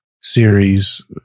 series